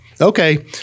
Okay